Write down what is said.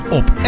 op